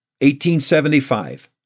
1875